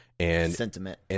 Sentiment